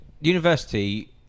University